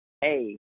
hey